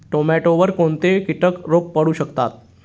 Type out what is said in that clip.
टोमॅटोवर कोणते किटक रोग पडू शकतात?